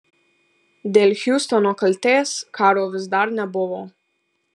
dėl hiustono kaltės karo vis dar nebuvo